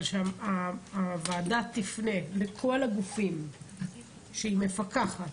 שהוועדה תפנה לכל הגופים שהיא מפקחת,